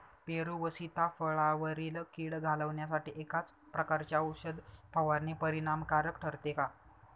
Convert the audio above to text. पेरू व सीताफळावरील कीड घालवण्यासाठी एकाच प्रकारची औषध फवारणी परिणामकारक ठरते का?